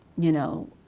you know,